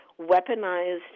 weaponized